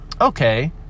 okay